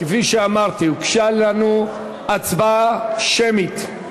כפי שאמרתי, הוגשה לנו בקשה להצבעה שמית.